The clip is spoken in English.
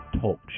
Talk